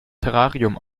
terrarium